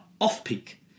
off-peak